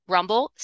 Rumble